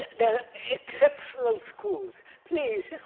there are exceptional schools, please.